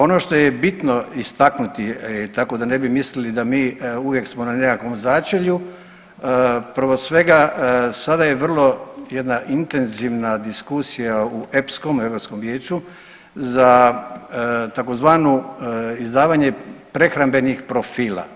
Ono što je bitno istaknuti, tako da ne bi mislili da mi uvijek smo na nekakvom začelju, prvo svega sada je vrlo jedna intenzivna diskusija u EPSC-om Europskom vijeću za tzv. izdavanje prehrambenih profila.